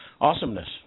Awesomeness